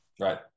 Right